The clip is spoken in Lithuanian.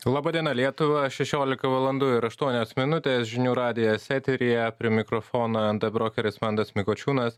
laba diena lietuva šešiolika valandų ir aštuonios minutės žinių radijas eteryje prie mikrofono nt brokeris mantas mikučiūnas